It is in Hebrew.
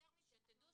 יותר מזה.